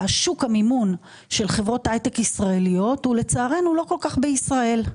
שוק המימון של חברות הייטק ישראליות הוא לצערנו לא כל כך בישראל.